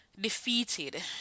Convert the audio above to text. defeated